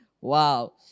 Wow